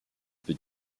peu